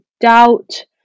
doubt